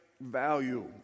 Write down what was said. value